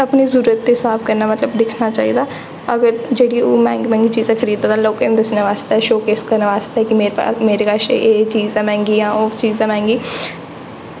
अपनी जरूरतें दे स्हाब कन्नै मतलब दिक्खना चाहिदा अगर जेह्ड़ी ओह् मैंह्गी मैंह्गी चीज़ खरीददा लोकें गी दस्सने बास्तै शो केस करने आस्तै कि मेरे पास मेरे कश ओह् चीज़ां मैंह्गियां ओह् चीज़ां मैंह्गियां